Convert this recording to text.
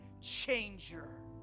changer